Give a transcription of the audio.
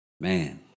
man